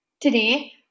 Today